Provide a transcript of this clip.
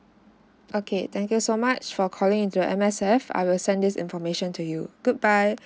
okay thank you so much for calling into M_S_F I will send this information to you good bye